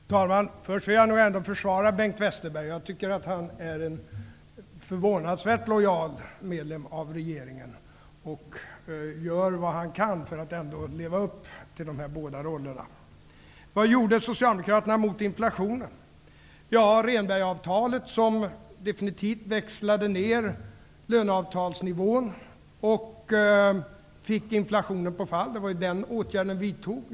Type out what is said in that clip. Fru talman! Först vill jag nog ändå försvara Bengt Westerberg. Jag tycker att han är en förvånansvärt lojal medlem av regeringen. Han gör vad han kan för att leva upp till de båda rollerna. Vi fick till stånd Rehnbergavtalet som definitivt växlade ner löneavtalsnivån och fick inflationen på fall. Det var den åtgärden som vi vidtog.